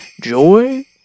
joy